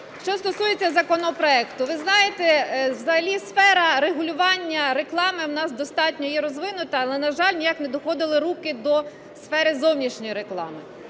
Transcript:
Що стосується законопроекту. Ви знаєте, взагалі сфера регулювання реклами у нас достатньо є розвинута, але, на жаль, ніяк не доходили руки до сфери зовнішньої реклами.